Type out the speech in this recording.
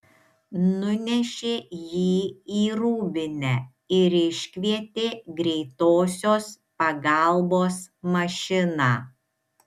nunešė jį į rūbinę ir iškvietė greitosios pagalbos mašiną